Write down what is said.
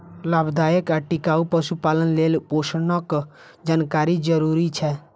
लाभदायक आ टिकाउ पशुपालन लेल पोषणक जानकारी जरूरी छै